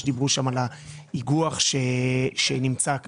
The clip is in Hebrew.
דיברו שם על כך שנמצא בדיונים.